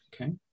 Okay